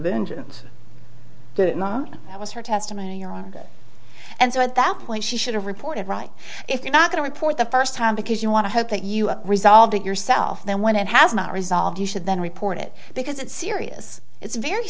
vengeance that was her testimony on that and so at that point she should have reported right if you're not going to report the first time because you want to hope that you have resolved it yourself then when it has not resolved you should then report it because it's serious it's very